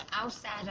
outside